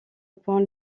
point